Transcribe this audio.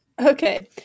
Okay